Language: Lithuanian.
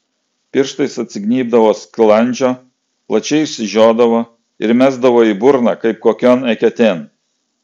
pirštais atsignybdavo skilandžio plačiai išsižiodavo ir mesdavo į burną kaip kokion eketėn